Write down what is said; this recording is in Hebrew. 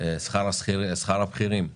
שכר הבכירים בלבד?